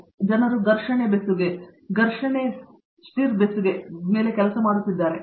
ಆದ್ದರಿಂದ ಜನರು ಘರ್ಷಣೆ ಬೆಸುಗೆ ಘರ್ಷಣೆ ಸ್ಟಿರ್ ಬೆಸುಗೆ ಕೆಲಸ ಮಾಡುತ್ತಿದ್ದಾರೆ